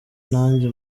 nanjye